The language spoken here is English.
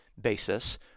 basis